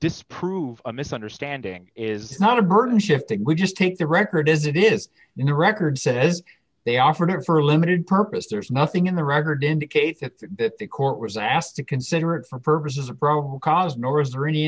disprove a misunderstanding is not a burden shifting we just take the record as it is in the record says they often are for a limited purpose there's nothing in the record indicate that the court was asked to consider it for purposes of brokaw's nor is there any